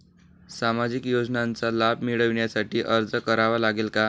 सामाजिक योजनांचा लाभ मिळविण्यासाठी अर्ज करावा लागेल का?